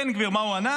בן גביר, מה הוא ענה?